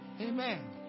Amen